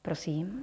Prosím.